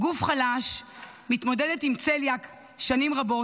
גוף חלש, מתמודדת עם צליאק שנים רבות.